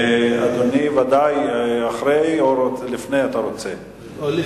אדוני, בוודאי, אתה רוצה לפני או אחרי?